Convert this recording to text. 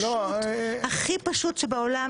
הכי פשוט שבעולם,